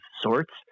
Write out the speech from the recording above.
sorts